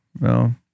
No